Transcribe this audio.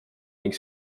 ning